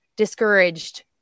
discouraged